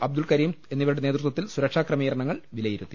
അബ്ദുൾ കരീം എന്നിവരുടെ നേതൃത്വ ത്തിൽ സുരക്ഷാ ക്രമീകരണങ്ങൾ വിലയിരുത്തി